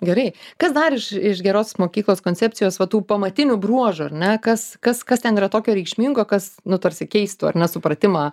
gerai kas dar iš iš geros mokyklos koncepcijos va tų pamatinių bruožų ar ne kas kas kas ten yra tokio reikšmingo kas nu tarsi keistų ar ne supratimą